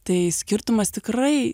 tai skirtumas tikrai